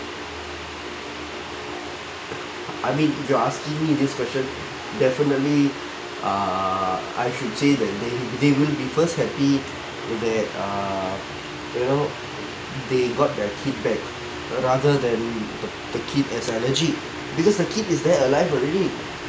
I mean you asking me this question definitely err I should say that they they will be first happy that err well they got the kid back rather than the kid is allergic because the kid is there alive already